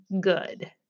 good